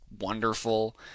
wonderful